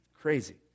crazy